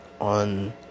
on